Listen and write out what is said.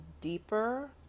deeper